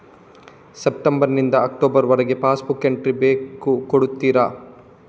September ನಿಂದ October ವರಗೆ passbook entry ಬೇಕು ಕೊಡುತ್ತೀರಾ?